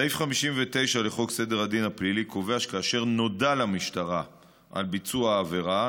סעיף 59 לחוק סדר הדין הפלילי קובע שכאשר נודע למשטרה על ביצוע העבירה,